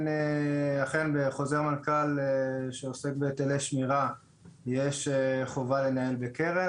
אכן בחוזר מנכ"ל שעוסק בהיטלי שמירה יש חובה לנהל בקרן,